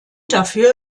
dafür